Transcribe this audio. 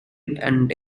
and